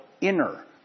inner